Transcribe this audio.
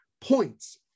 points